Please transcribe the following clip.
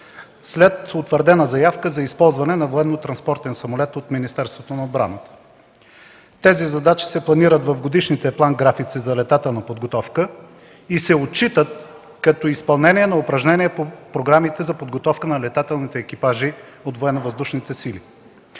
след утвърдена заявка за използване на военно-транспортен самолет от Министерството на отбраната. Тези задачи се планират в годишните план-графици за летателна подготовка и се отчитат като изпълнение на упражнения по програмите за подготовка на летателните екипажи от